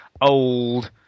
old